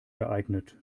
geeignet